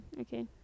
Okay